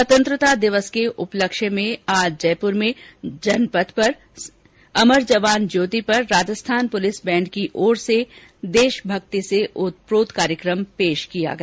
स्वतंत्रता दिवस के उपलक्ष्य में आज जयपुर में जनपथ पर स्थित अमर जवान ज्योति पर राजस्थान प्लिस बैण्ड की ओर से देशभक्ति से ओतप्रोत कार्यक्रम पेश किया गया